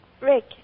Rick